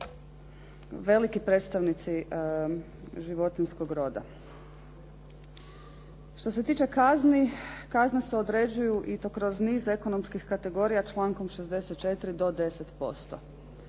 veliki predstavnici životinjskog roda. Što se tiče kazni kazne se određuju i to kroz niz ekonomskih kategorija člankom 64 do 10%.